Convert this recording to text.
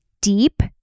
deep